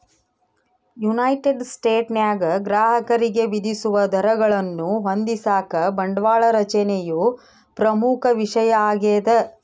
United ಸ್ಟೇಟ್ಸ್ನಾಗ ಗ್ರಾಹಕರಿಗೆ ವಿಧಿಸುವ ದರಗಳನ್ನು ಹೊಂದಿಸಾಕ ಬಂಡವಾಳ ರಚನೆಯು ಪ್ರಮುಖ ವಿಷಯ ಆಗ್ಯದ